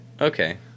Okay